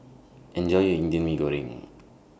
Enjoy your Indian Mee Goreng